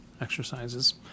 exercises